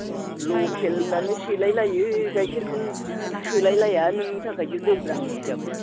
लकेल होननानै सेलाय लायो गायखेरखौनो थोलाय लाया नोंनि थाखायसो दैब्रां जाबाय